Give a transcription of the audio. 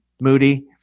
Moody